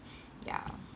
ya